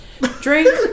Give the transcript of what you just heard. Drink